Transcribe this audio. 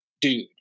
dude